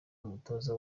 umutoza